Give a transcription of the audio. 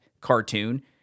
cartoon